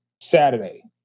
Saturday